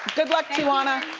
good luck tiwana.